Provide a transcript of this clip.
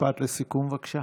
משפט לסיכום, בבקשה.